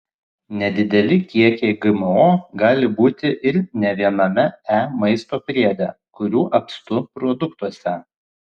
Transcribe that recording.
nedideli kiekiai gmo gali būti ir ne viename e maisto priede kurių apstu produktuose